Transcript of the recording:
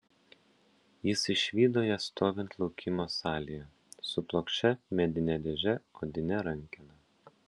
jis išvydo ją stovint laukimo salėje su plokščia medine dėže odine rankena